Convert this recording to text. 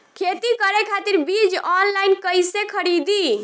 खेती करे खातिर बीज ऑनलाइन कइसे खरीदी?